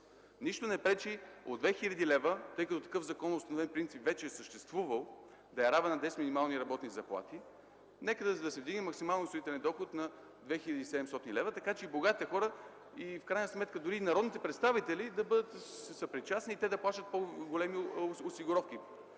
Нищо не пречи от 2 хил. лв., тъй като такъв законоустановен принцип вече е съществувал, да е равен на десет минимални работни заплати. Нека максимално осигурителният доход да се вдигне на 2700 лева, така че и богатите хора, и в крайна сметка дори и народните представители да бъдат съпричастни и те да плащат по-големи осигуровки.